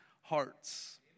hearts